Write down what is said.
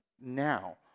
now